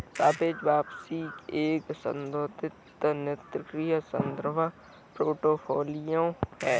सापेक्ष वापसी एक सैद्धांतिक निष्क्रिय संदर्भ पोर्टफोलियो है